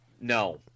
No